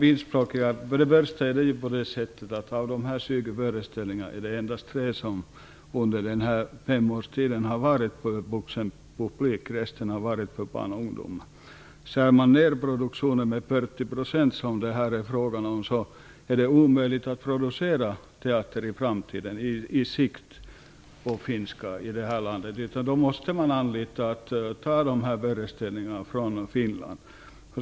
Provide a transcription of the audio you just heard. Fru talman! Av de 20 föreställningar som har getts är det under den här femårsperioden endast tre som har varit för vuxenpublik. Resten har varit för barn och ungdomar. Skär man ned produktionen med 40 %, som det här är fråga om, är det på sikt omöjligt att producera teater i det här landet. Då måste man ta föreställningarna från Finland.